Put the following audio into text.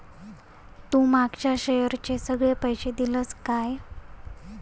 तू मागच्या शेअरचे सगळे पैशे दिलंस काय?